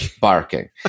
barking